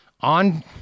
on